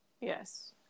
Yes